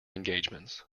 engagements